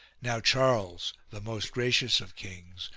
now charles, the most gracious of kings,